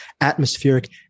atmospheric